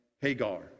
Hagar